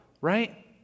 right